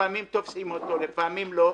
לפעמים תופסים אותו ולפעמים לא,